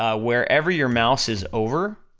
ah wherever your mouse is over,